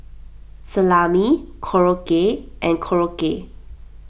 Salami Korokke and Korokke